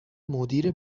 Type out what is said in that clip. مدیر